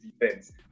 defense